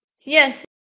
yes